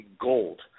gold